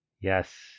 Yes